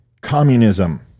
communism